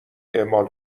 اعمال